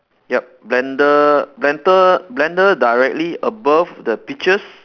yup blender blender blender directly above the peaches